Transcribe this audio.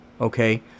Okay